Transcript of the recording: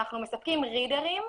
אנחנו מספקים readers,